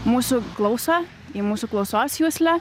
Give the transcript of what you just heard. mūsų klausą į mūsų klausos juslę